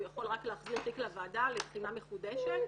הוא יכול רק להחזיר תיק לוועדה לבחינה מחודשת.